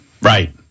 Right